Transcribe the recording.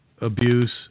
abuse